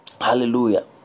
Hallelujah